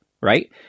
right